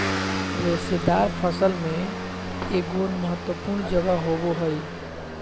रेशेदार फसल में एगोर महत्वपूर्ण जगह होबो हइ